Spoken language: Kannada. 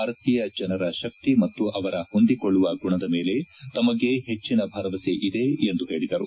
ಭಾರತೀಯ ಜನರ ಶಕ್ತಿ ಮತ್ತು ಅವರ ಹೊಂದಿಕೊಳ್ಳುವ ಗುಣದ ಮೇಲೆ ತಮಗೆ ಹೆಚ್ಚನ ಭರವಸೆ ಇದೆ ಎಂದು ಹೇಳಿದರು